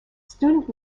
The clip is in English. student